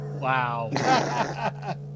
Wow